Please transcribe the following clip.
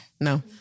No